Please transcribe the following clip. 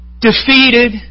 defeated